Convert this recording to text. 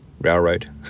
Railroad